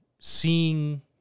seeing